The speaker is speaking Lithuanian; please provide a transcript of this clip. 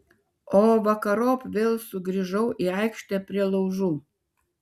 o vakarop vėl sugrįžau į aikštę prie laužų